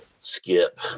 skip